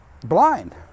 blind